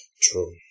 True